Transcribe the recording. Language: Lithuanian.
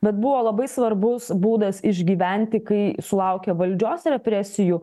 bet buvo labai svarbus būdas išgyventi kai sulaukė valdžios represijų